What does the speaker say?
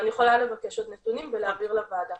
אני יכולה לבקש עוד נתונים ולהעביר לוועדה.